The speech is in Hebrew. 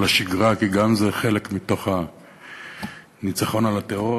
השגרה כי גם זה חלק מהניצחון על הטרור,